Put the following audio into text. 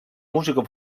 música